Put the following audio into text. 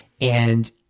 and-